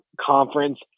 conference